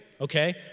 okay